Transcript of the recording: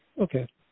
Okay